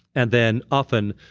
and then, often,